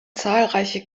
zahlreiche